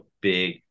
big